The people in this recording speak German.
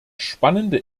spannende